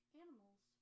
animals